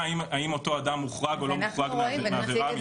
אם אותו אדם מוחרג או לא מוחרג מעבירה מינהלית.